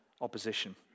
opposition